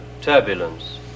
turbulence